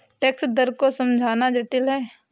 tax दर को समझना जटिल है